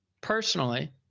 personally